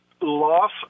loss